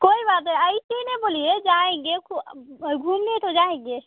कोई बात ऐसे नहीं बोलिए जाएँगे घूमने तो जाएँगे